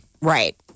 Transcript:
Right